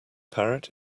parrot